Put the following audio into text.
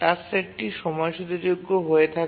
task সেটটি সময়সূচীযোগ্য হয়ে থাকে